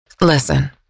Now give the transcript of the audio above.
Listen